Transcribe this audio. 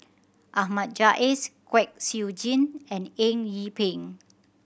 Ahmad Jais Kwek Siew Jin and Eng Yee Peng